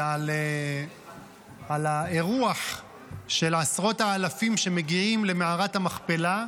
ועל האירוח של עשרות האלפים שמגיעים למערת המכפלה,